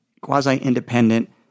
quasi-independent